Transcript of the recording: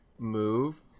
Move